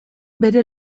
bere